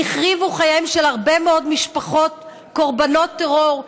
הם החריבו את חייהן של הרבה מאוד משפחות קורבנות טרור,